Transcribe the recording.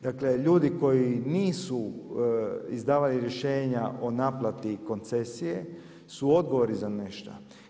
Dakle, ljudi koji nisu izdavali rješenja o naplati koncesije su odgovorni za nešto.